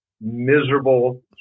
miserable